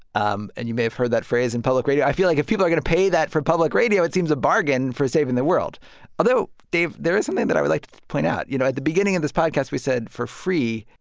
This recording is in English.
um and you may have heard that phrase in public radio. i feel like if people are going to pay that for public radio, it seems a bargain for saving the world although, dave, there is something that i would like to point out. you know, at the beginning of this podcast, we said, for free.